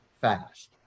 fast